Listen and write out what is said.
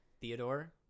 theodore